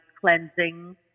cleansing